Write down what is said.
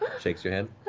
shakes your hand.